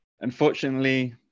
unfortunately